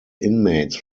inmates